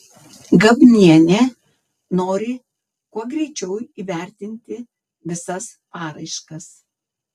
gabnienė nori kuo greičiau įvertinti visas paraiškas